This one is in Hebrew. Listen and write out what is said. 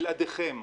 בלעדיכם.